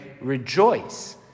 rejoice